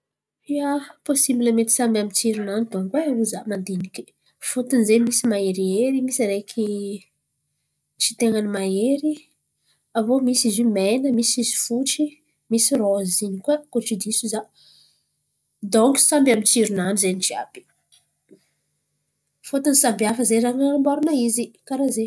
Ia, posibla samby amin’ny tsironany donko e. Ho za mandiniky fôtiny ze misy maherihery misy araiky tsy tain̈a ny mahery misy mena misy fotsy misy rozy in̈y koa. Koa tsy diso za donko samby tsiro-nany zen̈y jiàby fôtiny samy hafa zen̈y raha an̈aboarana izy karà zen̈y.